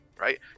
Right